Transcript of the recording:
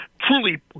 truly